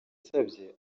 yasabye